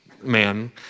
man